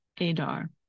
Adar